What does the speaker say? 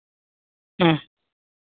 ᱦᱮᱸ